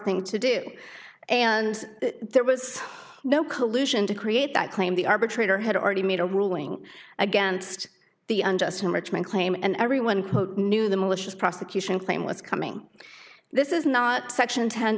thing to do and there was no collusion to create that claim the arbitrator had already made a ruling against the unjust enrichment claim and everyone quote knew the malicious prosecution claim was coming this is not section ten